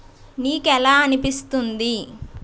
నీకు ఎలా అనిపిస్తుంది